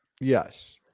Yes